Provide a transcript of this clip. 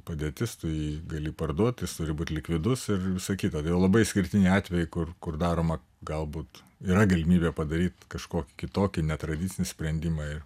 padėtis tu jį gali parduot jis turi būti likvidus ir visa kita todėl labai išskirtiniai atvejai kur kur daroma galbūt yra galimybė padaryt kažkokį kitokį netradicinį sprendimą ir